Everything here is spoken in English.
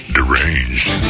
Deranged